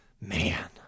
Man